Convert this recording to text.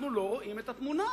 אנחנו לא רואים את התמונה,